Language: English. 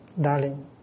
Darling